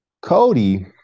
Cody